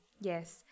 Yes